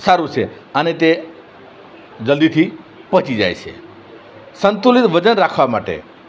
સારું છે અને તે જલ્દીથી પચી જાય છે સંતુલિત વજન રાખવા માટે